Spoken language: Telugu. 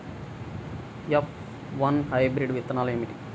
ఎఫ్ వన్ హైబ్రిడ్ విత్తనాలు ఏమిటి?